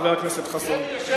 חבר הכנסת חסון.